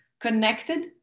connected